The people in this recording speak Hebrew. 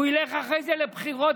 הוא ילך אחרי זה לבחירות,